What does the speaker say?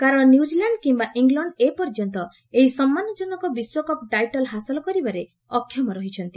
କାରଣ ନ୍ୟୁଜିଲାଣ୍ଡ କିମ୍ବା ଇଂଲଣ୍ଡ ଏପର୍ଯ୍ୟନ୍ତ ଏହି ସମ୍ମାନଜନକ ବିଶ୍ୱକପ୍ ଟାଇଟଲ ହାସଲ କରିବାରେ ଅକ୍ଷମ ହୋଇଛନ୍ତି